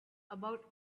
about